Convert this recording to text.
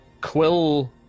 Quill